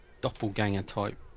doppelganger-type